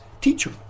teacher